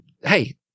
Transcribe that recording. hey